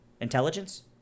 Intelligence